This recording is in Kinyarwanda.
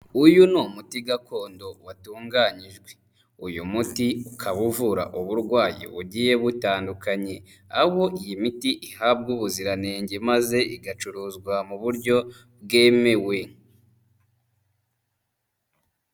Uyu ni umuti gakondo watunganyijwe. Uyu muti ukaba uvura uburwayi bugiye butandukanye, aho iyi miti ihabwa ubuziranenge maze igacuruzwa mu buryo bwemewe.